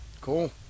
Cool